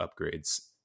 upgrades